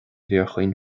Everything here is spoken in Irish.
fíorchaoin